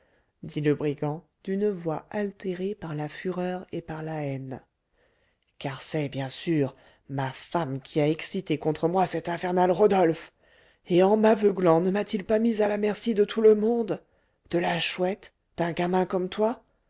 dit le brigand d'une voix altérée par la fureur et par la haine car c'est bien sûr ma femme qui a excité contre moi cet infernal rodolphe et en m'aveuglant ne m'a-t-il pas mis à la merci de tout le monde de la chouette d'un gamin comme toi